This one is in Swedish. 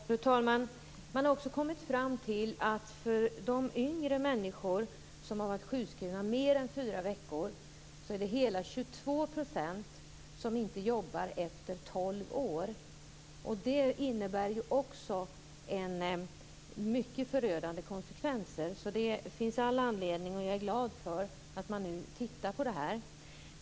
Fru talman! Man har också kommit fram till att hela 22 % av de yngre människor som har varit sjukskrivna mer än fyra veckor inte jobbar efter tolv år. Det innebär också mycket förödande konsekvenser. Det finns all anledning att man nu tittar på detta, och jag är glad för det.